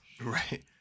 right